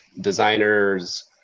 designers